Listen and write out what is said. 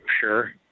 Sure